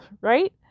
right